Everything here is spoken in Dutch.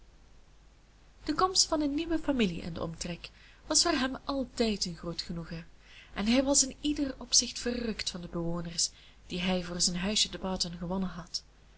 de komst van een nieuwe familie in den omtrek was voor hem altijd een groot genoegen en hij was in ieder opzicht verrukt van de bewoners die hij voor zijn huisje te barton gewonnen had